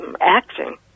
acting